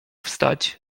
wstać